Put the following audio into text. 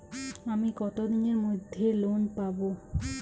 আমি কতদিনের মধ্যে লোন পাব?